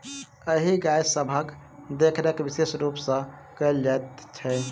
एहि गाय सभक देखरेख विशेष रूप सॅ कयल जाइत छै